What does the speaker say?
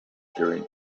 during